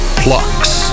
plucks